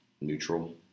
neutral